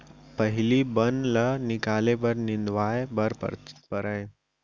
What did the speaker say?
पहिली बन ल निकाले बर निंदवाए बर परय